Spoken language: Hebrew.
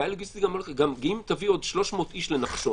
גם אם תביא עוד 300 לנחשון,